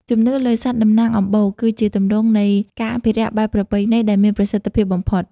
ជំនឿលើសត្វតំណាងអំបូរ គឺជាទម្រង់នៃ "ការអភិរក្សបែបប្រពៃណី" ដែលមានប្រសិទ្ធភាពបំផុត។